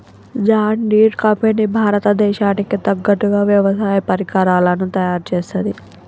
John Deere company భారత దేశానికి తగ్గట్టుగా వ్యవసాయ పరికరాలను తయారుచేస్తది